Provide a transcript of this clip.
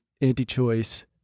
anti-choice